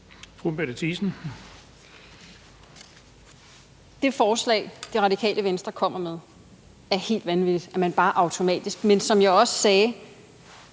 Det forslag, Det Radikale Venstre kommer med, er helt vanvittigt, altså at det bare er automatisk. Men som jeg også sagde,